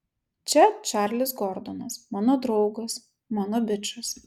čia čarlis gordonas mano draugas mano bičas